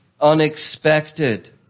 unexpected